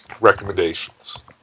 recommendations